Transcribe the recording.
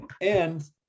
And-